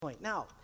now